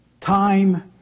Time